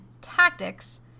tactics